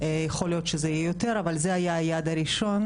יכול להיות שזה יהיה יותר אבל זה היה היעד הראשון,